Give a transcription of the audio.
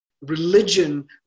religion